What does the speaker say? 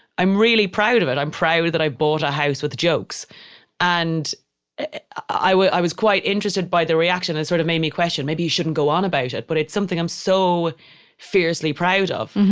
i'm really proud of it. i'm proud that i bought a house with jokes and i was i was quite interested by the reaction, it sort of made me question maybe you shouldn't go on about it, but it's something i'm so fiercely proud of.